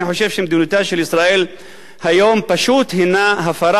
אני חושב שמדיניותה של ישראל היום פשוט הינה הפרה